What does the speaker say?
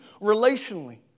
relationally